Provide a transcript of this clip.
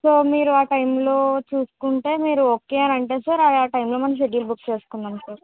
so మీరు ఆ టైమ్లో చూసుకుంటే మీరు ఓకే అని అంటే సార్ ఆ టైమ్లో మనం షెడ్యూల్ బుక్ చేసుకుందాం సార్